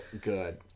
good